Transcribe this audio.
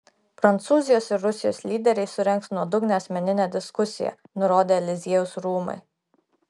prancūzijos ir rusijos lyderiai surengs nuodugnią asmeninę diskusiją nurodė eliziejaus rūmai